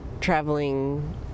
traveling